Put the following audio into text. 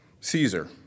Caesar